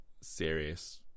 serious